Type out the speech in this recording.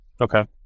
Okay